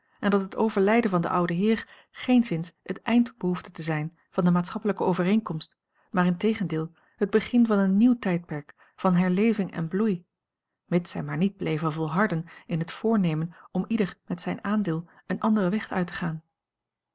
en dat het overlijden van den ouden heer geenszins het eind behoefde te zijn van de maatschappelijke overeenkomst maar integendeel het begin van een nieuw tijdperk van herleving en bloei mits zij maar niet bleven volharden in het voornemen om ieder met zijn aandeel een anderen weg uit te gaan